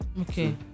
Okay